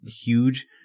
huge